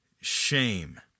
shame